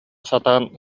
сатаан